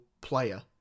player